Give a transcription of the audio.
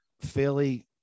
Philly